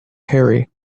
harry